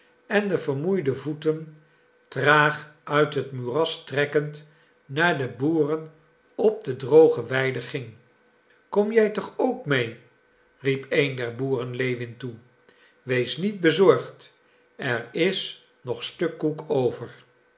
en de vermoeide voeten traag uit het moeras trekkend naar de boeren op de droge weide ging kom jij toch ook mee riep een der boeren lewin toe wees niet bezorgd er is nog stuk koek over